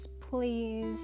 please